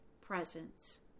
presence